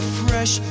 fresh